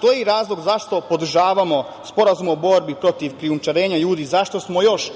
to je i razlog zašto podržavamo Sporazum o borbi protiv krijumčarenja ljudi i zašto smo još